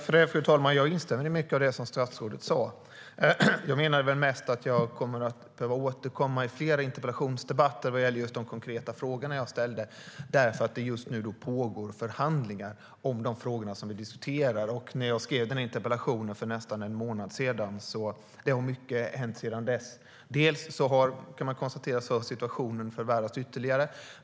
Fru talman! Jag instämmer i mycket av det som statsrådet sa. Jag menade att jag kommer att behöva återkomma i fler interpellationsdebatter när det gäller just de konkreta frågor som jag ställde därför att det just nu pågår förhandlingar om de frågor som vi diskuterar. Sedan jag skrev denna interpellation för nästan en månad sedan har mycket hänt. Man kan konstatera att situationen har förvärrats ytterligare.